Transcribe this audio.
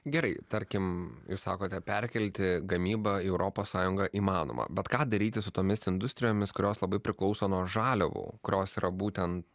gerai tarkim jūs sakote perkelti gamybą į europos sąjungą įmanoma bet ką daryti su tomis industrijomis kurios labai priklauso nuo žaliavų kurios yra būtent